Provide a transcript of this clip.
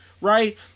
Right